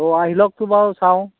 অঁ আহি লওকচোন বাৰু চাওঁ